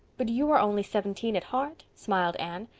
but you are only seventeen at heart, smiled anne.